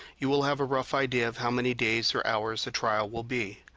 you will have a rough idea of how many days or hours a trial will be.